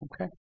Okay